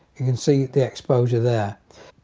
you can see the exposure there.